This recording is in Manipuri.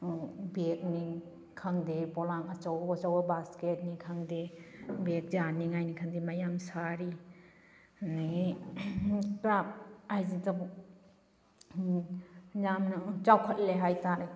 ꯕꯦꯒꯅꯤ ꯈꯪꯗꯦ ꯄꯣꯂꯥꯡ ꯑꯆꯧ ꯑꯆꯧꯕ ꯕꯥꯁꯀꯦꯠꯅꯤ ꯈꯪꯗꯦ ꯕꯦꯒ ꯌꯥꯟꯅꯤꯡꯉꯥꯏꯅꯤ ꯈꯪꯗꯦ ꯃꯌꯥꯝ ꯁꯥꯔꯤ ꯑꯗꯨꯗꯒꯤ ꯀ꯭ꯔꯥꯐ ꯍꯥꯏꯁꯤꯇꯕꯨ ꯌꯥꯝꯅ ꯆꯥꯎꯈꯠꯂꯦ ꯍꯥꯏꯇꯥꯔꯦ